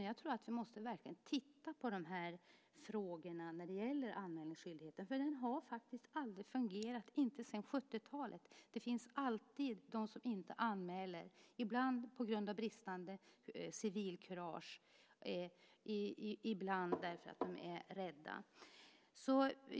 Jag tror att vi verkligen måste titta på frågorna om anmälningsskyldighet. Den har faktiskt aldrig fungerat, inte sedan 70-talet. Det finns alltid de som inte anmäler, ibland på grund av bristande civilkurage, ibland därför att de är rädda.